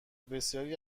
بسیاری